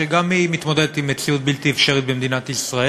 שגם היא מתמודדת עם מציאות בלתי אפשרית במדינת ישראל.